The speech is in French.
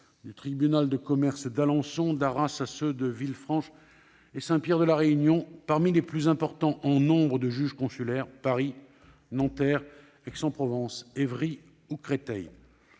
des tribunaux de commerce d'Alençon et d'Arras à ceux de Villefranche et Saint-Pierre de La Réunion. Parmi les plus importants en nombre de juges consulaires, on peut citer Paris, Nanterre, Aix-en-Provence, Évry ou encore Créteil.